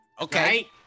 Okay